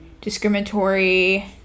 discriminatory